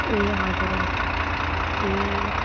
ए हजुर हजुर ए